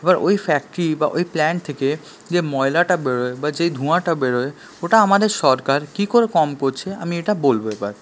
এবার ওই ফ্যাক্টরি বা ওই প্ল্যান্ট থেকে যে ময়লাটা বেরোয় বা যে ধোঁয়াটা বেরোয় ওটা আমাদের সরকার কী করে কম করছে আমি এটা বলব এবার